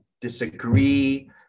disagree